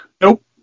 Nope